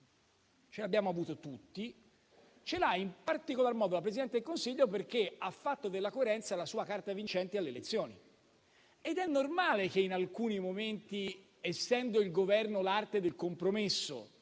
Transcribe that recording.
lo abbiamo avuto tutti. Ce l'ha in particolar modo la Presidente del Consiglio, perché ha fatto della coerenza la sua carta vincente alle elezioni. Ed è normale che in alcuni momenti, essendo il Governo l'arte del compromesso,